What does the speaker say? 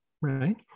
right